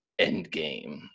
Endgame